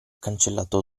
cancellato